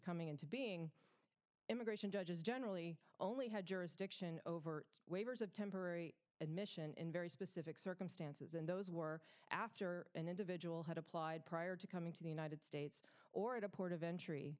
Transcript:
coming into being immigration judges generally only had jurisdiction over waivers of temporary admission in very specific circumstances and those were after an individual had applied prior to coming to the united states or at a port of